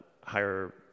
higher